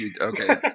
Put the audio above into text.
okay